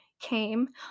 came